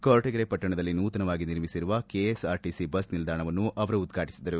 ಕೊರಟಿಗೆರೆ ಪಟ್ಟಣದಲ್ಲಿ ನೂತನವಾಗಿ ನಿರ್ಮಿಸಿರುವ ಕೆಎಸ್ಆರ್ಟಿಸಿ ಬಸ್ ನಿಲ್ದಾಣವನ್ನು ಉದ್ಘಾಟಿಸಿದರು